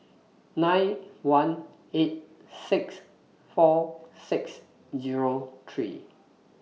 nine one eight six four six Zero three